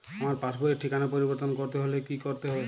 আমার পাসবই র ঠিকানা পরিবর্তন করতে হলে কী করতে হবে?